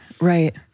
right